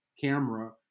camera